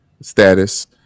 status